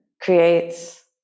creates